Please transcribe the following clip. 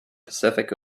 pacific